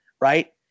right